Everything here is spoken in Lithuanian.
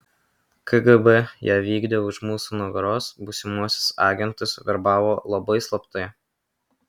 kgb ją vykdė už mūsų nugaros būsimuosius agentus verbavo labai slaptai